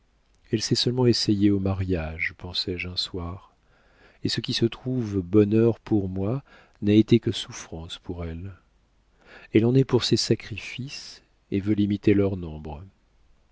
elle s'est seulement essayée au mariage pensai-je un soir et ce qui se trouve bonheur pour moi n'a été que souffrance pour elle elle en est pour ses sacrifices et veut limiter leur nombre